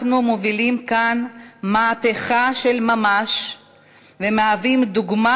אנחנו מובילים כאן מהפכה של ממש ומהווים דוגמה